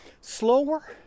slower